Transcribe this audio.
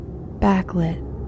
backlit